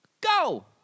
Go